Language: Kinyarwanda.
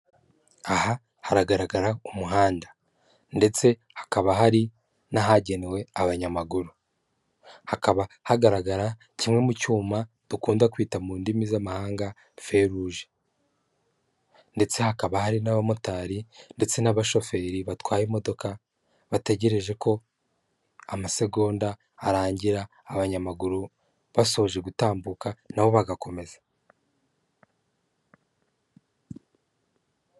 Aha hagaragara umuhanda, ndetse hakaba hari n'ahagenewe abanyamaguru, hakaba hagaragara kimwe mu cyuma dukunda kwita mu ndimi z'amahanga feruje, ndetse hakaba hari n'abamotari ndetse n'abashoferi batwaye imodoka bategereje ko amasegonda arangira abanyamaguru basoje gutambuka nabo bagakomeza.